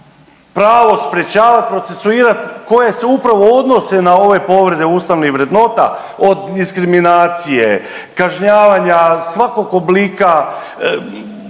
pravo sprječavat i procesuirat, koje se upravo odnose na ove povrede ustavnih vrednota od diskriminacije, kažnjavanja svakog oblika